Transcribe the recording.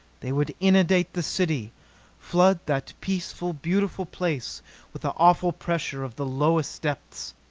they would inundate the city flood that peaceful, beautiful place with the awful pressure of the lowest depths!